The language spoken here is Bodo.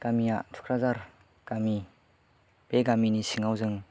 गामिया थुक्राझार गामि बे गामिनि सिङाव जों